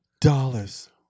dollars